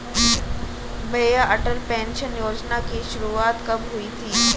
भैया अटल पेंशन योजना की शुरुआत कब हुई थी?